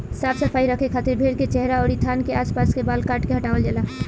साफ सफाई रखे खातिर भेड़ के चेहरा अउरी थान के आस पास के बाल काट के हटावल जाला